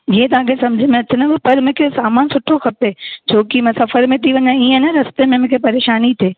जीअं तव्हां खे सम्झ में अचेव पर मूंखे सामानु सुठो खपे छोकी मां सफ़र में था वञां इअं न रस्ते में मूंखे परेशानी थिए